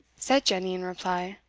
said jenny in reply.